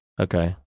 Okay